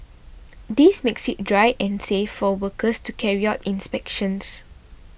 this makes it dry and safe for workers to carry out inspections